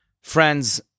Friends